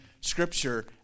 scripture